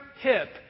hip